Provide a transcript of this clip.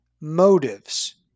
motives